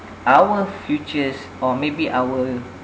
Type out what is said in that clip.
our futures or maybe our